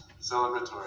celebratory